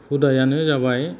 हुदायानो जाबाय